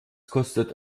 kostet